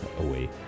away